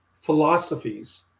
philosophies